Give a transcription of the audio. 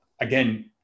again